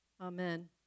Amen